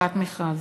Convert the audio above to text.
חובת מכרז.